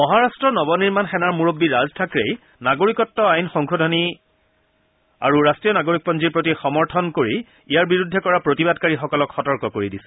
মহাৰট্ট নৱ নিৰ্মান সেনাৰ মূৰববী ৰাজ থাকৰেই নাগৰিকত্ব সংশোধনী আইন আৰু ৰাট্টীয় নাগৰিকপঞ্জীৰ প্ৰতি স কৰি ইয়াৰ বিৰুদ্ধে কৰা প্ৰতিবাদকাৰীসকলক সতৰ্ক কৰি দিছে